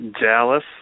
Dallas